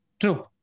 true